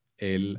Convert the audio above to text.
el